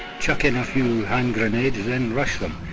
chucking a few hand grenades, then rush them.